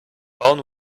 bone